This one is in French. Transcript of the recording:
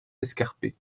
escarpées